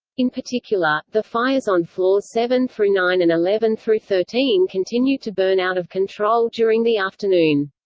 in particular, the fires on floors seven through nine and eleven through thirteen continued to burn out of control during the afternoon.